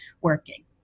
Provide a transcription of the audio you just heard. working